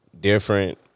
different